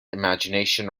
imagination